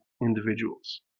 individuals